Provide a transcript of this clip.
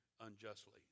unjustly